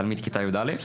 תלמיד כיתה יא',